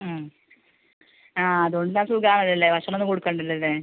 ഉം ആ അതുകൊണ്ട് സുഖം ആണല്ലോ അല്ലേ ഭക്ഷണം ഒന്നും കൊടുക്കണ്ടല്ലോ അല്ലേ